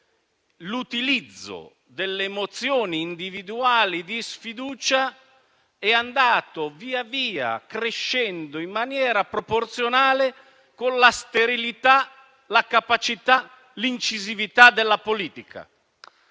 l'utilizzo delle mozioni individuali di sfiducia è andato via via crescendo in maniera proporzionale con la sterilità e la mancanza di capacità e incisività della politica.